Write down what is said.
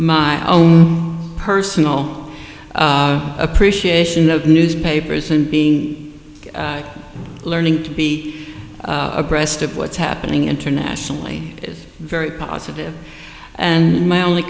my own personal appreciation of newspapers and being learning to be abreast of what's happening internationally is very positive and my only